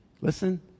listen